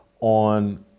on